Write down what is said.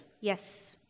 Yes